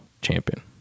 champion